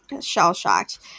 shell-shocked